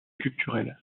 culturel